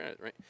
right